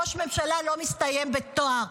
ראש ממשלה לא מסתיים בתואר,